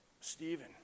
Stephen